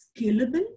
scalable